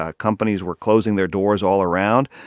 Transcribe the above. ah companies were closing their doors all around.